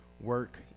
work